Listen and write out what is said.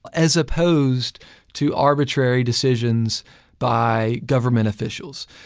as opposed to arbitrary decisions by government officials.